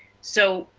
so,